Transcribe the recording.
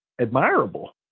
admirable